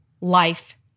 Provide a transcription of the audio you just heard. life